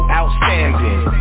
outstanding